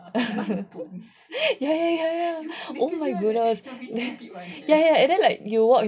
ya ya ya oh my goodness and then like you walk